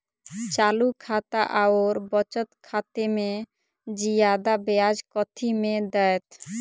चालू खाता आओर बचत खातामे जियादा ब्याज कथी मे दैत?